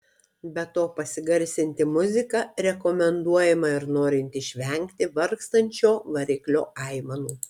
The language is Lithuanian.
be to pasigarsinti muziką rekomenduojama ir norint išvengti vargstančio variklio aimanų